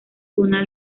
una